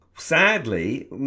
Sadly